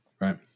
right